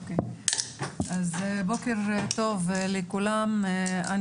בוקר טוב לכולם.